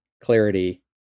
clarity